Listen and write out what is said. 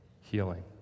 healing